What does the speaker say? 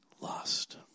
lost